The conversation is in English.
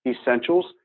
essentials